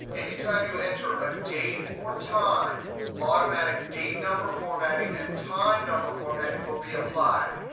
anytime you enter a date or, time automatic date number formatting and time number formatting will be applied.